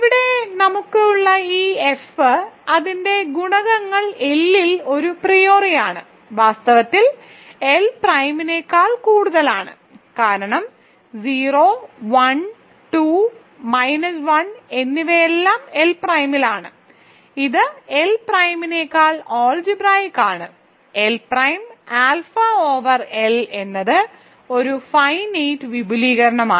ഇവിടെ നമുക്ക് ഉള്ള ഈ എഫ് അതിന്റെ ഗുണകങ്ങൾ L ൽ ഒരു പ്രിയോറിയാണ് വാസ്തവത്തിൽ L പ്രൈമിനേക്കാൾ കൂടുതലാണ് കാരണം 0 1 2 മൈനസ് 1 എന്നിവയെല്ലാം എൽ പ്രൈമിലാണ് ഇത് എൽ പ്രൈമിനേക്കാൾ അൾജിബ്രായിക്ക് ആണ് L prime alpha over L എന്നത് ഒരു ഫൈനൈറ്റ് വിപുലീകരണമാണ്